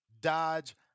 Dodge